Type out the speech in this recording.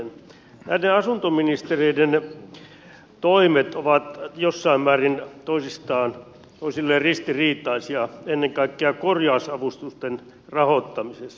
näiden asuntoministereiden toimet ovat jossain määrin toistensa suhteen ristiriitaisia ennen kaikkea korjausavustusten rahoittamisessa